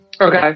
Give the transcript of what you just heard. Okay